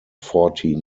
fourteen